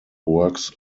works